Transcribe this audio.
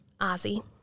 Ozzy